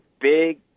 big